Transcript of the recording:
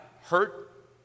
hurt